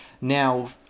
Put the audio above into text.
Now